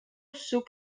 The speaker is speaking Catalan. suc